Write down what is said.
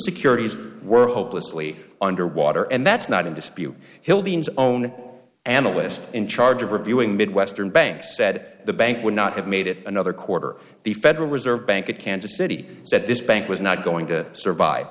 curities were hopelessly underwater and that's not in dispute hill beans own analyst in charge of reviewing midwestern banks said the bank would not have made it another quarter the federal reserve bank of kansas city said this bank was not going to survive